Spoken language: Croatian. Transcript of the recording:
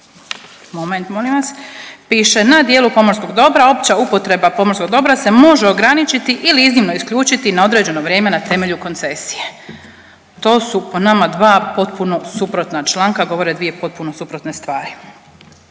moment, molim vas, piše, na dijelu pomorskog dobra, opća upotreba pomorskog dobra se može ograničiti ili iznimno isključiti na određeno vrijeme na temelju koncesije. To su po nama, dva potpuno suprotna članka, govore dvije potpuno suprotne stvari.